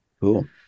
Cool